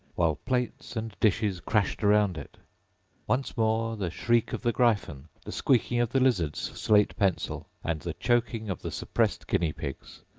while plates and dishes crashed around it once more the shriek of the gryphon, the squeaking of the lizard's slate-pencil, and the choking of the suppressed guinea-pigs,